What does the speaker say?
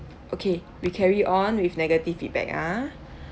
okay we carry on with negative feedback ah